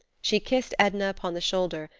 she kissed edna upon the shoulder,